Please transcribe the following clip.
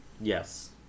Yes